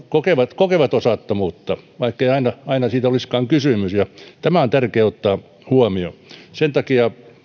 kokevat kokevat osattomuutta vaikkei aina aina siitä olisikaan kysymys ja tämä on tärkeää ottaa huomioon sen takia